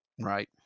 Right